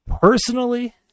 personally